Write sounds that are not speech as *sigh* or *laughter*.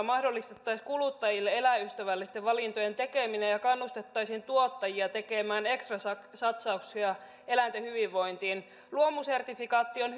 *unintelligible* mahdollistettaisiin kuluttajille eläinystävällisten valintojen tekeminen ja ja kannustettaisiin tuottajia tekemään ekstrasatsauksia eläinten hyvinvointiin luomusertifikaatti on *unintelligible*